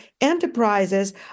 enterprises